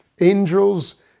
angels